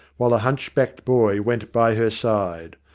while the hunchbacked boy went by her side.